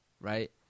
Right